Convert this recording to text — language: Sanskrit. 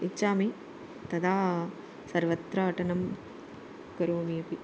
इच्छामि तदा सर्वत्र अटनं करोमि अपि